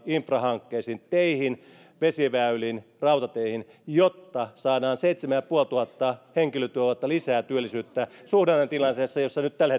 infrahankkeisiin teihin vesiväyliin rautateihin jotta saadaan seitsemän ja puoli tuhatta henkilötyövuotta lisää työllisyyttä suhdannetilanteessa jossa nyt tällä